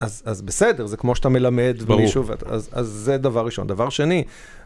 אז... אז בסדר, זה כמו שאתה מלמד (ברור) מישהו, אז... אז זה דבר ראשון. דבר שני...